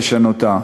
לשנותה.